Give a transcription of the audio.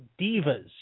Divas